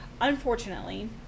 Unfortunately